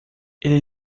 ele